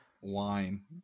wine